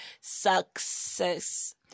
success